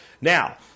now